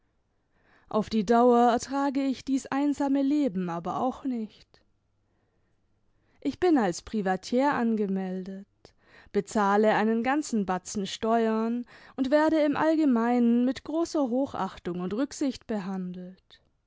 auf die dauer ertrage ich dies einsame leben aber auch nicht ich bin als privatiere angemeldet bezahle einen ganzen batzen steuern und werde im allgemeinen mit großer hochachtung und rücksicht behandelt